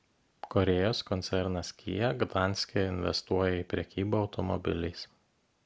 korėjos koncernas kia gdanske investuoja į prekybą automobiliais